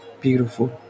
beautiful